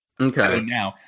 Okay